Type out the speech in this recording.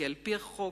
כי על-פי החוק,